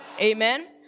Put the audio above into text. Amen